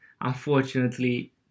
unfortunately